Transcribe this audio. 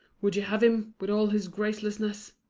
would you have him, with all his gracelessness?